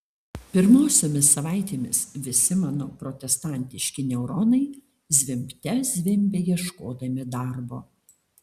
pirmosiomis savaitėmis visi mano protestantiški neuronai zvimbte zvimbė ieškodami darbo